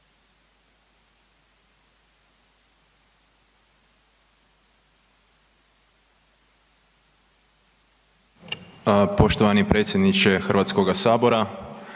poštovani potpredsjedniče Hrvatskog sabora.